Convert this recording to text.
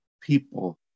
people